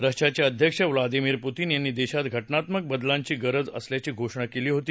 रशियाचे अध्यक्ष Vladimir Putin यांनी देशात घटनात्मक बदलांची गरज असल्याची घोषणा केली होती